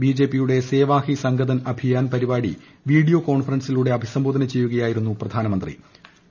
B J P ്യുടെ സേവാ ഹി സംഗതൻ അഭിയാൻ പരിപാടി video കോൺഫറൻസിലൂടെ അഭിസംബോധന ചെയ്യുകയായിരുന്നു അദ്ദേഹം